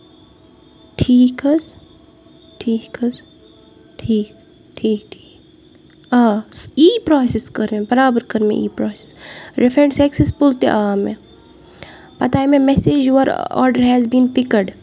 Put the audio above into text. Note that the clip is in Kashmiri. ٹھیٖک حظ ٹھیٖک حظ ٹھیٖک ٹھیٖک آ یہِ پروسیس کٔر أمۍ برابر کٔر أمی یہِ پروسیس رِفینڈ سَکسسیفوٗل تہِ آو مےٚ پَتہٕ آیہِ مےٚ message your order has been picked